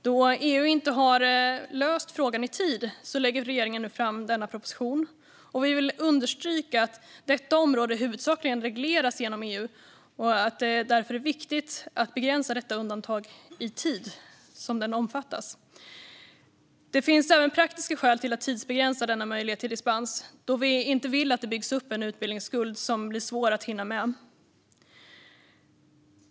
Då EU inte har löst frågan i tid lägger regeringen nu fram denna proposition. Vi vill understryka att detta område huvudsakligen regleras genom EU och att det därför är viktigt att begränsa den tid som undantaget omfattar. Det finns även praktiska skäl till att tidsbegränsa denna möjlighet till dispens, då vi inte vill att det byggs upp en utbildningsskuld som blir svår att hinna få ned.